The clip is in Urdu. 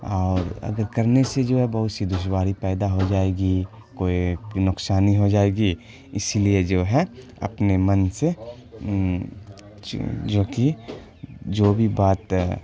اور اگر کرنے سے جو ہے بہت سی دشواری پیدا ہو جائے گی کوئی نقصان ہو جائے گی اسی لیے جو ہے اپنے من سے جو کہ جو بھی بات